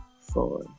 four